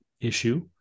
issue